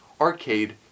arcade